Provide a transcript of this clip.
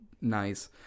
nice